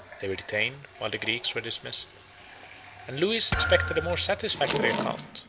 they were detained, while the greeks were dismissed and lewis expected a more satisfactory account,